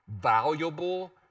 valuable